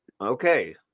okay